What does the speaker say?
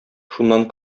шуннан